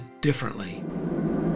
differently